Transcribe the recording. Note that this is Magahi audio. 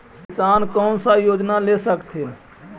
किसान कोन सा योजना ले स कथीन?